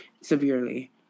severely